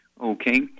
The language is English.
Okay